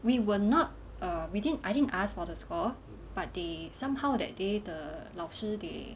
we were not err we didn't I didn't ask for the score but they somehow that day the 老师 they